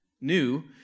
new